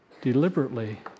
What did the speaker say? deliberately